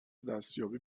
دستیابی